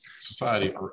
society